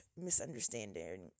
misunderstanding